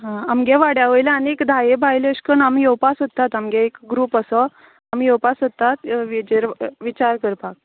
हां आमगे वाड्यावयल्यो आनी एक धायेक बायलो अशें करून येवपाक सोदता एक ग्रुप असो आमी येवपा सोदतात येचेर विचार करपाक